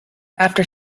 after